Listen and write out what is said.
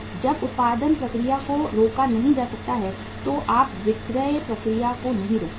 जब उत्पादन प्रक्रिया को रोका नहीं जा सकता है तो आप विक्रय प्रक्रिया को रोक नहीं सकते